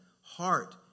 heart